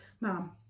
Mom